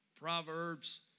Proverbs